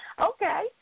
Okay